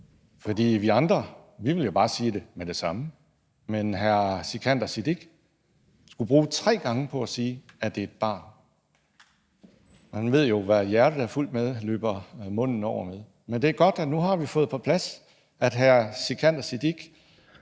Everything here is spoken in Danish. for vi andre ville jo bare sige det med det samme, men hr. Sikandar Siddique skulle bruge tre omgange på at sige, at det er et barn. Man ved jo, at hvad hjertet er fuldt af, løber munden over med. Men det er godt, at vi nu har fået på plads, at hr. Sikandar Siddique